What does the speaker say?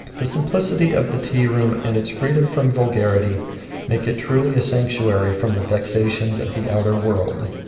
the simplicity of the tea-room and its freedom from vulgarity make it truly a sanctuary from the vexations of the outer world.